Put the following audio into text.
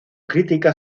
crítica